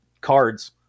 cards